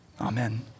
Amen